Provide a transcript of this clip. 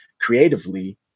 creatively